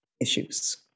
issues